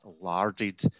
larded